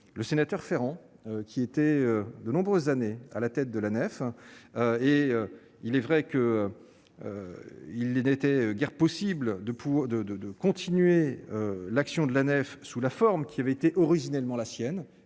le sénateur Ferrand, qui était de nombreuses années à la tête de la nef et il est vrai qu'il n'était guère possible de pouls de, de, de continuer l'action de la nef, sous la forme qui avait été originellement la sienne,